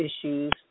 issues